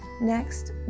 Next